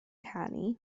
canu